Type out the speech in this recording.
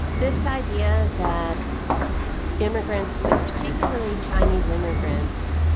this idea that immigrants, but particularly chinese immigrants,